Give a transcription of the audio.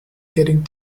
getting